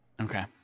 Okay